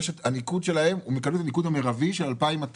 הם מקבלים את הניקוד המרבי של 2,200,